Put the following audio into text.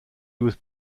was